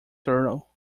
turtle